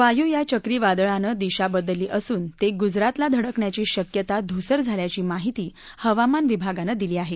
वायू या चक्रीवादळानं दिशा बदलली असून ते गुजरातला धडकण्याची शक्यता धूसर झाल्याची माहिती हवामान विभागानं दिली आहे